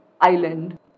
island